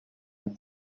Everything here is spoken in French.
les